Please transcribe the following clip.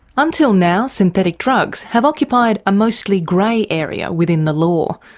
until now, synthetic drugs have occupied a mostly grey area within the law.